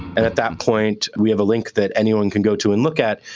and at that point, we have a link that anyone can go to and look at.